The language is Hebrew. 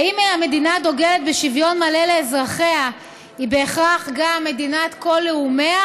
האם מדינה הדוגלת בשוויון מלא לאזרחיה היא בהכרח גם מדינת כל לאומיה,